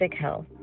health